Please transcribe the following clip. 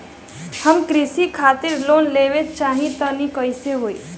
हम कृषि खातिर लोन लेवल चाहऽ तनि कइसे होई?